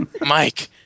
Mike